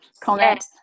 comment